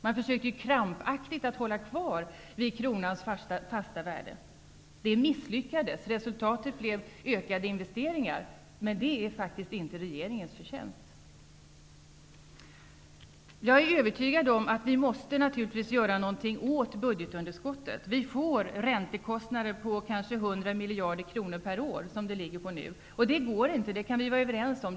Man försökte krampaktigt hålla fast vid kronans fasta värde, men det misslyckades. Resultatet blev ökade investeringar, men det är faktiskt inte regeringens förtjänst. Jag är övertygad om att vi naturligtvis måste göra något åt budgetunderskottet. Vi får räntekostnader på kanske 100 miljarder per år, som de ligger på nu. Det går inte, det kan vi vara överens om.